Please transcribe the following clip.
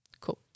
Cool